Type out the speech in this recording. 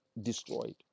destroyed